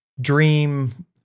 dream